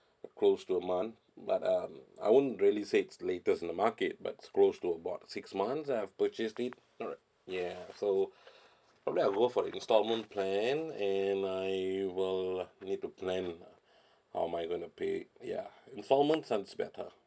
close to a month but um I won't really say it's latest in the market but it's close to about six months I've purchased it alright yeah so alright I'll go for the instalment plan and I will need to plan lah how am I going to pay ya instalment sounds better